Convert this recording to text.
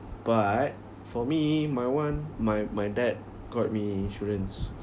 but for me my one my my dad got me insurance